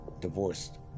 divorced